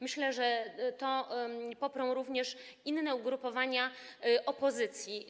Myślę, że poprą to również inne ugrupowania opozycji.